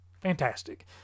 fantastic